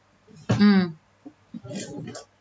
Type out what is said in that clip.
mm